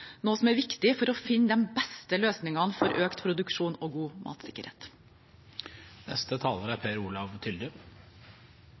viktig for å finne de beste løsningene for økt produksjon og god matsikkerhet.